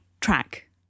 track